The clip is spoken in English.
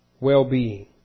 well-being